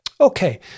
Okay